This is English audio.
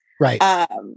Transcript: Right